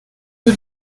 nur